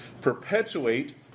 perpetuate